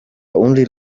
only